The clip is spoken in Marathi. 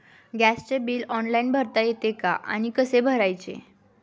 गॅसचे बिल ऑनलाइन भरता येते का आणि कसे भरायचे?